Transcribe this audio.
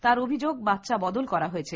তাঁর অভিযোগ বাচ্চা বদল করা হয়েছে